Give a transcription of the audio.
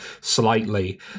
slightly